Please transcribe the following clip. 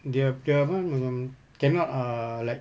dia dia apa um cannot err like